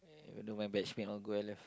even though my batch cannot go I left